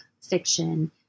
fiction